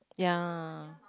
ya